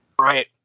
Right